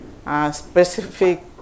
specific